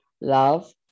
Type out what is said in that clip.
love